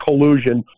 collusion